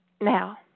now